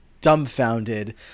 dumbfounded